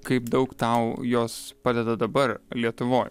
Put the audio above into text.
kaip daug tau jos padeda dabar lietuvoj